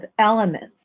elements